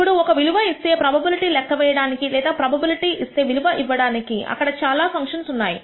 ఇప్పుడు ఒక విలువ ఇస్తే ప్రోబబిలిటీ లెక్క వేయడానికి లేదా ప్రోబబిలిటీ ఇస్తే విలువ ఇవ్వడానికి అక్కడ చాలా ఫంక్షన్స్ ఉన్నాయి